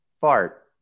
fart